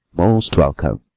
most welcome!